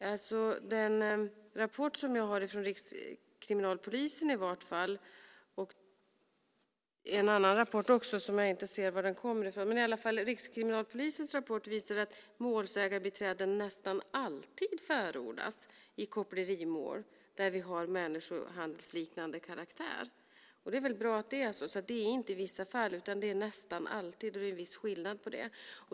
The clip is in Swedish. Jag har en rapport från Rikskriminalpolisen och en annan rapport som jag inte ser var den kommer ifrån. Men Rikskriminalpolisens rapport visar i alla fall att målsägandebiträden nästan alltid förordas i kopplerimål med människohandelsliknande karaktär. Det är väl bra att det är så. Det är inte i vissa fall. Det är nästan alltid. Det är en viss skillnad på det.